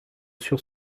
sur